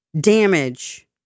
damage